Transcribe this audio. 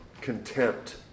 contempt